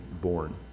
born